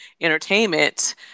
entertainment